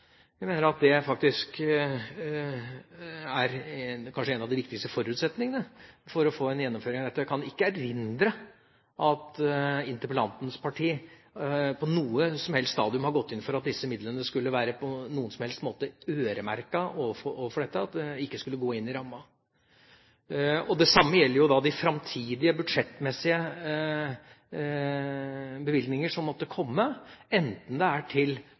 mener at det faktisk kanskje er en av de viktigste forutsetningene for å få en gjennomføring av dette. Og jeg kan ikke erindre at interpellantens parti på noe som helst stadium har gått inn for at disse midlene på noen som helst slags måte skulle være øremerket til dette og at de ikke skulle gå inn i rammen. Det samme gjelder de framtidige budsjettmessige bevilgninger som måtte komme. Enten det